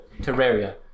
Terraria